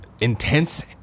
intense